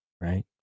right